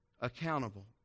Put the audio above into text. accountable